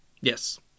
yes